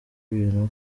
ibintu